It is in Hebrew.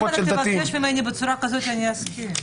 אם תבקש ממני בצורה כזאת, אני אסכים.